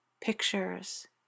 pictures